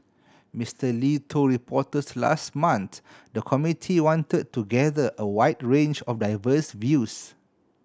Mister Lee told reporters last month the committee wanted to gather a wide range of diverse views